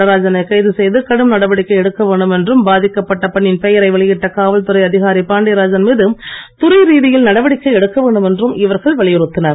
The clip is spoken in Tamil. நடராஜனை கைது செய்து கடும் நடவடிக்கை எடுக்க வேண்டும் என்றும் பாதிக்கப்பட்ட பெண்ணின் பெயரை வெளியிட்ட காவல்துறை அதிகாரி பாண்டியராஜன் மீது துறை ரீதியில் நடவடிக்கை எடுக்கவேண்டும் என்றும் இவர்கள் வலியுறுத்தினர்